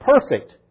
perfect